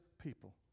people